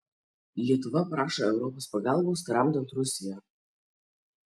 lietuva prašo europos pagalbos tramdant rusiją